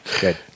Good